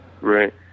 Right